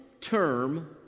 term